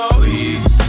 please